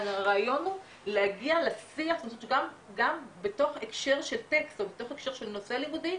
הרעיון להגיע לשיח שגם בתוך הקשר של טקסט או בתוך הקשר של נושא לימודי,